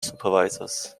supervisors